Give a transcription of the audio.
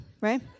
right